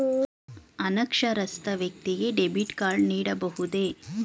ಅನಕ್ಷರಸ್ಥ ವ್ಯಕ್ತಿಗೆ debit card ನೀಡಬಹುದೇ?